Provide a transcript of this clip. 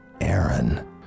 Aaron